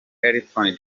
elton